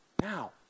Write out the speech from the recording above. Now